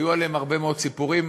היו עליהם הרבה מאוד סיפורים,